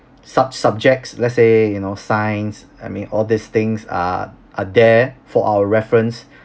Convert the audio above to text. sub~ subjects let's say you know science I mean all these things are are there for our reference